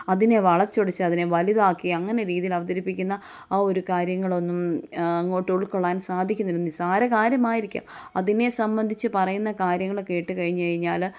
അതിനെ വളച്ചൊടിച്ച് അതിനെ വലുതാക്കി അങ്ങനെ രീതിയിൽ അവതരിപ്പിക്കുന്ന ആ ഒരു കാര്യങ്ങളൊന്നും അങ്ങോട്ട് ഉൾക്കൊള്ളാൻ സാധിക്കുന്നില്ല നിസ്സാര കാര്യമായിരിക്കാം അതിനെ സംബന്ധിച്ച് പറയുന്ന കാര്യങ്ങൾ കേട്ട് കഴിഞ്ഞ് കഴിഞ്ഞാൽ